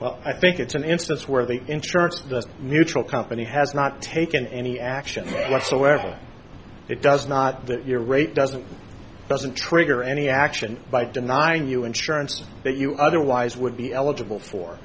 well i think it's an instance where the insurance mutual company has not taken any action whatsoever it does not that your rate doesn't doesn't trigger any action by denying you insurance that you otherwise would be eligible for